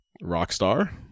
rockstar